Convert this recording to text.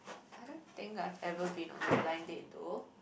I don't think I've ever been on a blind date though